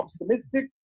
optimistic